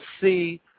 see